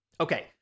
Okay